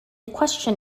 question